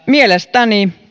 mielestäni